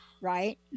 Right